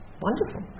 wonderful